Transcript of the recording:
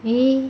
eh